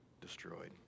destroyed